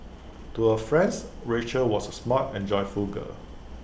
to her friends Rachel was smart and joyful girl